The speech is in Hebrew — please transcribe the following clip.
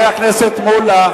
חבר הכנסת מולה.